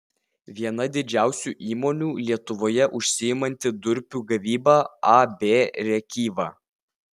viena didžiausių įmonių lietuvoje užsiimanti durpių gavyba ab rėkyva